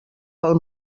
pel